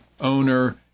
owner